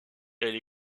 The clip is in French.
elle